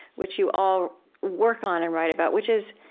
which you all work on and write about, which is,